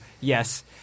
Yes